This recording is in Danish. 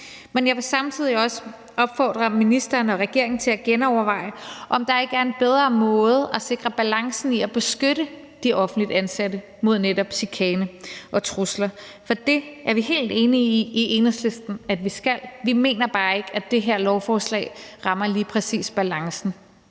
men jeg vil samtidig også opfordre ministeren og regeringen til at genoverveje, om der ikke er en bedre måde at sikre balancen i at beskytte de offentligt ansatte mod netop chikane og trusler, for det er vi i Enhedslisten helt enige i at vi skal. Vi mener bare ikke, at det her lovforslag helt præcist rammer balancen.